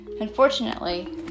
unfortunately